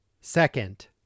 Second